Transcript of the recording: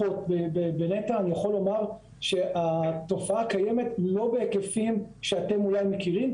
בנת"ע אני יכול לומר שהתופעה קיימת לא בהיקפים שאתם אולי מכירים,